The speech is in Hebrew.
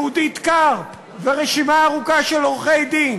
יהודית קרפ, ורשימה ארוכה של עורכי-דין.